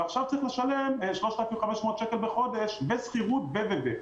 ועכשיו צריך לשלם 3,500 שקל בחודש ושכירות ו- ו- ו-.